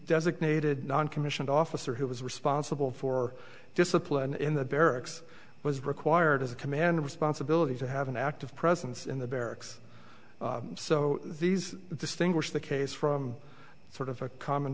designated noncommissioned officer who was responsible for discipline in the barracks was required as a command responsibility to have an active presence in the barracks so these distinguish the case from sort of a common